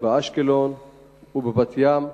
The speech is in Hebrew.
באשקלון ובבת-ים.